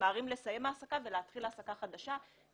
ממהרים לסיים העסקה ולהתחיל העסקה חדשה,